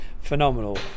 phenomenal